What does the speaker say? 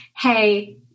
hey